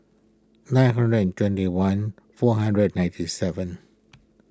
nine hundred and twenty one four hundred ninety seven